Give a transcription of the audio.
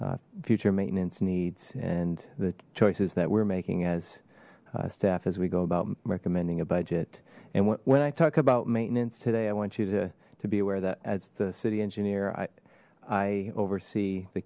future maintenance needs and the choices that we're making as staff as we go about recommending a budget and when i talk about maintenance today i want you to to be aware that as the city engineer i i oversee the